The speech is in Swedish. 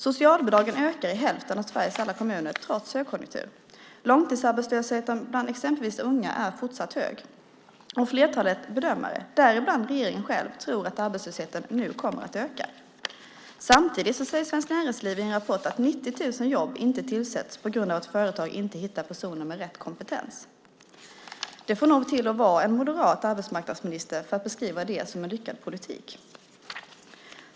Socialbidragen ökar i hälften av Sveriges alla kommuner trots högkonjunkturen. Långtidsarbetslösheten bland exempelvis unga är fortsatt hög. Flertalet bedömare, däribland regeringen själv, tror att arbetslösheten nu kommer att öka. Samtidigt säger Svenskt Näringsliv i en rapport att 90 000 jobb inte tillsätts på grund av att företag inte hittar personer med rätt kompetens. Det får nog lov att vara en moderat arbetsmarknadsminister för att beskriva det som en lyckad politik.